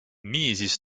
niisiis